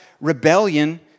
Rebellion